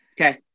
Okay